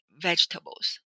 vegetables